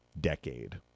decade